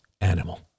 animal